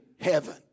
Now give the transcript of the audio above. heaven